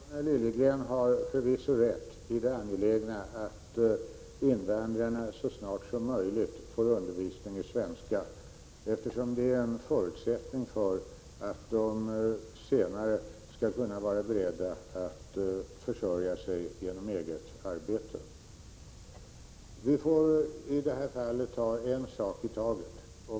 Herr talman! Gunnel Liljegren har förvisso rätt i att det är angeläget att invandrarna så snart som möjligt får undervisning i svenska, eftersom det är en förutsättning för att de senare skall kunna vara beredda att försörja sig genom eget arbete. Vi får ta en sak i taget.